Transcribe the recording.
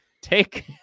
take